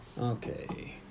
Okay